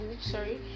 sorry